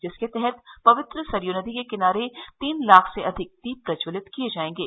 जिसके तहत पवित्र सरयू नदी के किनारे तीन लाख से अधिक दीप प्रज्जवलित किये जायेंगे